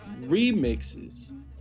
remixes